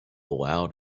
loud